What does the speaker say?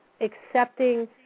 accepting